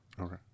Okay